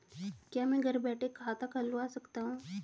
क्या मैं घर बैठे खाता खुलवा सकता हूँ?